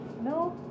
No